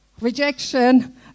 rejection